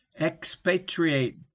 Expatriate